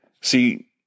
See